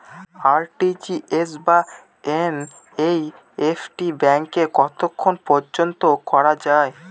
RTGS বা NEFT ব্যাংকে কতক্ষণ পর্যন্ত করা যায়?